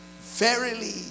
verily